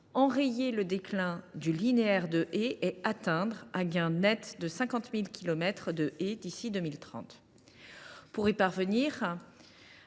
enrayer le déclin du linéaire de haies et atteindre un gain net de 50 000 kilomètres de haies d’ici à 2030. Pour y parvenir,